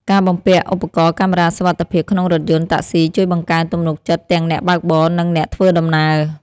ការបំពាក់ឧបករណ៍កាមេរ៉ាសុវត្ថិភាពក្នុងរថយន្តតាក់ស៊ីជួយបង្កើនទំនុកចិត្តទាំងអ្នកបើកបរ និងអ្នកធ្វើដំណើរ។